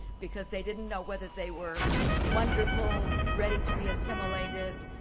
because they didn't know whether they were wonderful, ready to be assimilated